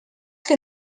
que